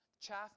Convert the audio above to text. Chaff